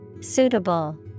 Suitable